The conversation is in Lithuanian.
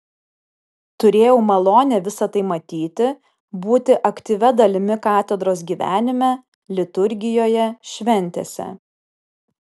turėjau malonę visa tai matyti būti aktyvia dalimi katedros gyvenime liturgijoje šventėse